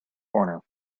corner